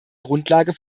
grundlage